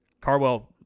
Carwell